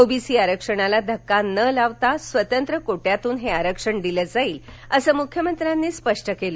OBC आरक्षणाला धक्का न लावता स्वतंत्र कोट्यातून हे आरक्षण दिलं जाईल असं मुख्यमंत्र्यांनी स्पष्ट केले